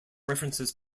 references